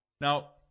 Now